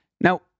Now